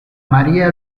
maría